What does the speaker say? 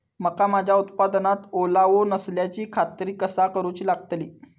मका माझ्या उत्पादनात ओलावो नसल्याची खात्री कसा करुची लागतली?